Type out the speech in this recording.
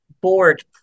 board